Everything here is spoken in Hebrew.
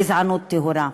גזענות טהורה.